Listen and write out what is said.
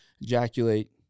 ejaculate